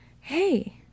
hey